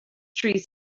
trees